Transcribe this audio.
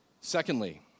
Secondly